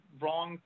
wrong